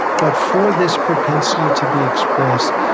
but for this propensity to be expressed,